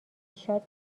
شاد